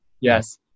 Yes